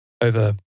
over